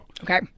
Okay